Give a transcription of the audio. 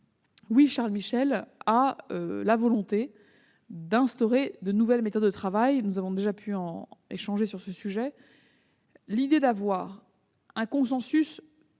Bizet, Charles Michel a la volonté d'instaurer de nouvelles méthodes de travail. Nous avons déjà pu échanger sur ce sujet. Obtenir un consensus